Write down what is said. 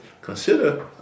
consider